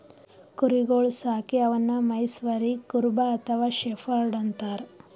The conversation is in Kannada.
ಕುರಿಗೊಳ್ ಸಾಕಿ ಅವನ್ನಾ ಮೆಯ್ಸವರಿಗ್ ಕುರುಬ ಅಥವಾ ಶೆಫರ್ಡ್ ಅಂತಾರ್